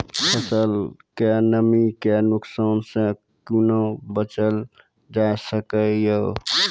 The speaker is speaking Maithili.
फसलक नमी के नुकसान सॅ कुना बचैल जाय सकै ये?